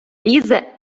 лізе